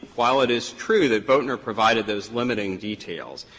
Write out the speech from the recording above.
while it is true that boatner provided those limiting details,